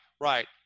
right